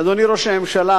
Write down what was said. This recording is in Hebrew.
אדוני ראש הממשלה,